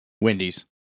Wendy's